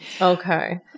Okay